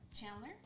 Chandler